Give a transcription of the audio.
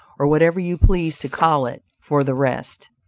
or whatever you please to call it, for the rest.